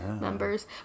members